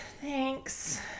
thanks